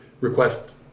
request